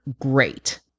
Great